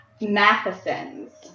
Matheson's